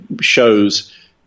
shows